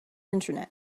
internet